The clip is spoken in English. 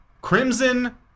Crimson